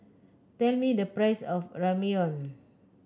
tell me the price of Ramyeon